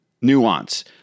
nuance